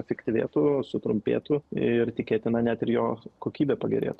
efiktyvėtų sutrumpėtų ir tikėtina net ir jo kokybė pagerėtų